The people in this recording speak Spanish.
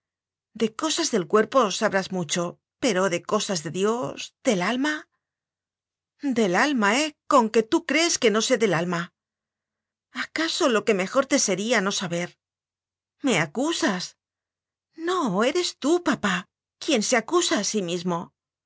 de cosas del cuerpo sabrás mucho pero de cosas de dios del alma del alma eh con que tú crees que no sé del alma acaso lo que mejor te sería no saber me acusas no eres tú papá quien se acusa a sí mismo